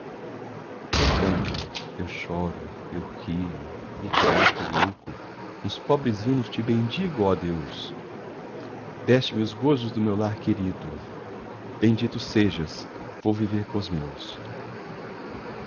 eu canto eu choro eu rio e grato e louco nos pobres hinos te bendigo oh deus deste me os gozos do meu lar querido bendito sejas vou viver cos meus